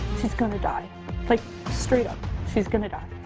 she's gonna die like straight up she's gonna die.